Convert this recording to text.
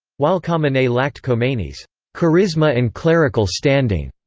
while khamenei lacked khomeini's charisma and clerical standing,